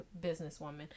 businesswoman